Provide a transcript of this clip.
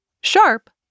sharp